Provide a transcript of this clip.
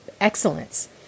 excellence